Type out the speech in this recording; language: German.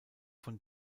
von